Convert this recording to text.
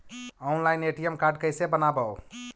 Online ATM card कैसे बनाबौ?